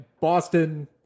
Boston